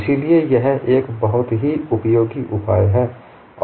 इसलिए यह एक बहुत ही उपयोगी उपाय है